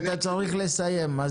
אתה צריך לסיים.